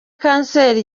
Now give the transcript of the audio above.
kanseri